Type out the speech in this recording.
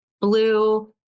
blue